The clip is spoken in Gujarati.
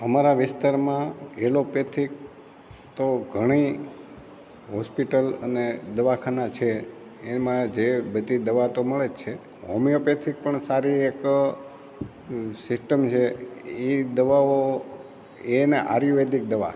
અમારા વિસ્તારમાં એલોપેથિક તો ઘણી હોસ્પિટલ અને દવાખાના છે એમાં જે બધી દવા તો મળે છે હોમિયોપેથિક પણ સારી એક સિસ્ટમ છે એ દવાઓ એને આયુર્વેદિક દવા